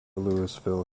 louisville